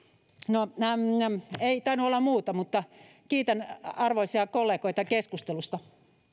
no ei tainnut olla muuta mutta kiitän arvoisia kollegoita keskustelusta